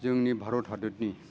जोंनि भारत हादोरनि